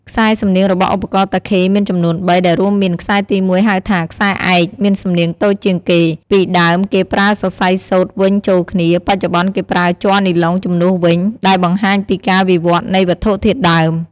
ខ្សែសំនៀងរបស់ឧបករណ៍តាខេមានចំនួនបី ដែលរួមមាន ខ្សែទីមួយ ហៅថា ខ្សែឯក មានសំនៀងតូចជាងគេ ពីដើមគេប្រើសរសៃសូត្រវេញចូលគ្នា បច្ចុប្បន្នគេប្រើជ័រនីឡុងជំនួសវិញ ដែលបង្ហាញពីការវិវត្តន៍នៃវត្ថុធាតុដើម។